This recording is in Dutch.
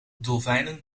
dolfijnen